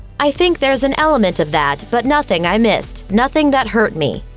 i think there's an element of that, but nothing i missed. nothing that hurt me.